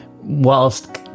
whilst